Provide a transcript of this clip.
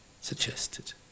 suggested